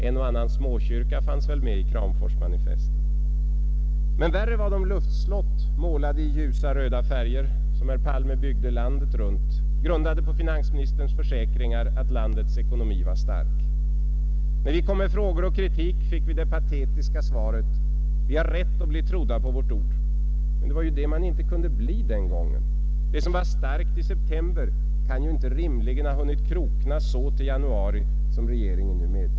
En och annan småkyrka fanns väl med i Kramforsmanifestet. Men värre var de luftslott, målade i ljusa röda färger, som herr Palme byggde landet runt, grundade på finansministerns försäkringar att landets ekonomi var stark. När vi kom med frågor och kritik, fick vi det patetiska svaret: ”Vi har rätt att bli trodda på vårt ord!” Men det var vad man inte kunde bli den gången. Det som var starkt i september kan ju inte rimligen ha hunnit krokna så till januari som regeringen nu medger.